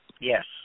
Yes